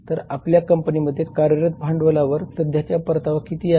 तर आपल्या कंपनीमध्ये कार्यरत भांडवलावर सध्याचा परतावा किती आहे